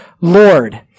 Lord